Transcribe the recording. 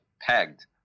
pegged